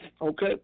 okay